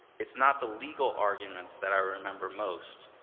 it's not the legal arguments that i remember most,